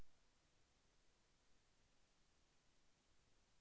చెల్లింపుల కోసం నేను ఎలా తనిఖీ చేయాలి?